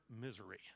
misery